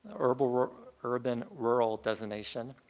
urban rural urban rural designation,